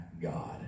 God